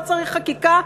לא צריך חקיקה?